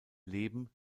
leben